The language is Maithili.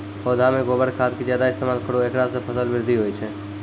पौधा मे गोबर खाद के ज्यादा इस्तेमाल करौ ऐकरा से फसल बृद्धि होय छै?